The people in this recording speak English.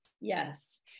Yes